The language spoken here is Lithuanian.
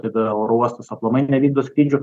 tada oro uostas aplamai nevykdo skrydžių